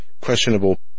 questionable